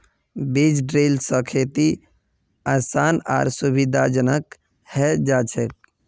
बीज ड्रिल स खेती आसान आर सुविधाजनक हैं जाछेक